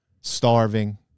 Starving